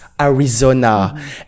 Arizona